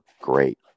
great